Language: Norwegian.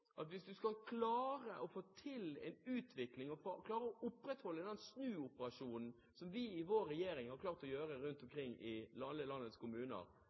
at hvis du skal klare å få til en utvikling, og klare å opprettholde den snuoperasjonen som vi i vår regjering har klart å få til rundt omkring i alle landets kommuner,